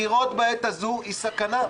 בחירות בעת הזו הן סכנה,